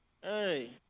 Hey